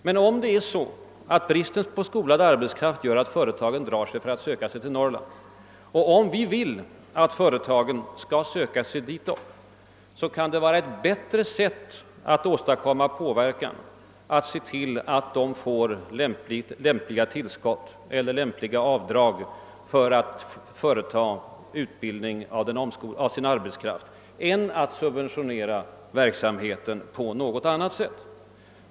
Men om bristen på skolad arbetskraft gör att företagen drar sig för att söka sig till Norrland och om man vill att företagen skall söka sig dit, då måste det vara bättre att påverka dem genom att ge tillskott eller medge skatteavdrag för utbildningen av arbetskraften än att subventionera verksamheten på annat sätt.